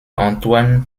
antoine